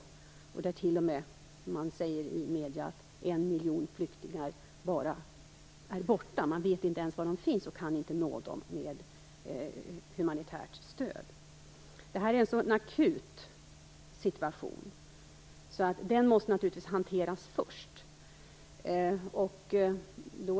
I medierna sägs t.o.m. att över en miljon flyktingar bara är borta. Man vet inte var de finns, och man kan inte nå dem med humanitärt stöd. Denna situation är så akut att den naturligtvis måste hanteras först.